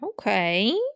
Okay